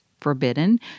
forbidden